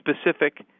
specific